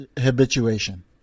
habituation